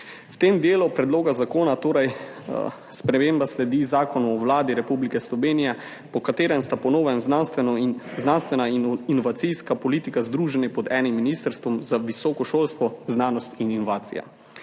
V tem delu predloga zakona sprememba sledi Zakonu o Vladi Republike Slovenije, po katerem sta po novem znanstvena in inovacijska politika združeni pod enim ministrstvom, Ministrstvom za visoko šolstvo, znanost in inovacije.